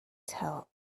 tell